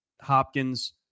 Hopkins